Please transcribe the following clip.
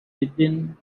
within